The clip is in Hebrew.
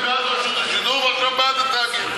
אתם הייתם בעד רשות השידור, ועכשיו, בעד התאגיד.